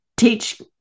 Teach